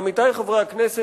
עמיתי חברי הכנסת,